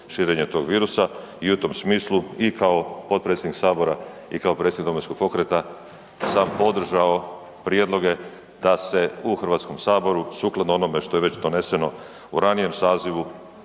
širenje tog virusa. I u tom smislu i kao potpredsjednik sabora i kao predsjednik Domovinskog pokreta sam podržao prijedloga da se u Hrvatskom saboru sukladno onome što je već doneseno u ranijem sazivu